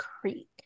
Creek